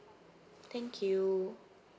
thank you